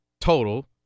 total